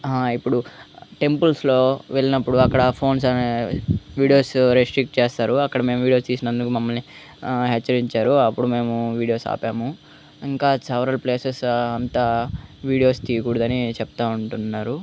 ఇప్పుడు టెంపుల్స్లో వెళ్ళినప్పుడు అక్కడ ఫోన్స్ అనే వీడియోస్ రిస్ట్రిక్ట్ చేస్తారు అక్కడ మేము వీడియో తీసినందుకు మమల్ని హెచ్చరించారు అప్పుడు మేము వీడియోస్ ఆపాము ఇంకా సేవరల్ ప్లేసెస్ అంతా వీడియోస్ తీయకూడదని చెప్తూ ఉంటున్నారు